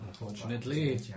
unfortunately